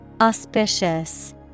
Auspicious